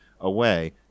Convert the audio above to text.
away